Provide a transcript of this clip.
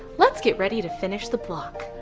let's get ready to finish the block.